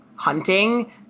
hunting